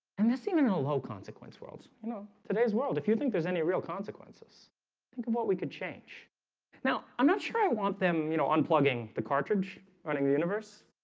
and this scene in a low consequence world you know today's world if you think there's any real consequences think of what we could change now i'm not sure. i want them, you know unplugging the cartridge running the universe.